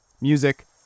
Music